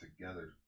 together